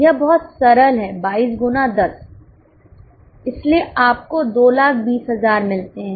यह बहुत सरल है 22 गुना 10 इसलिए आपको 220000 मिलते हैं